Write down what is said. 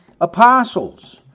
apostles